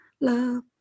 love